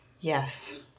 Yes